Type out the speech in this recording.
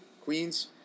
Queens